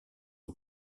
aux